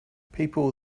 people